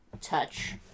touch